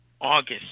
August